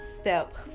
Step